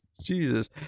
Jesus